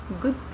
good